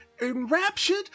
enraptured